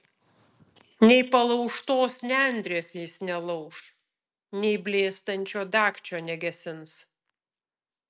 nei palaužtos nendrės jis nelauš nei blėstančio dagčio negesins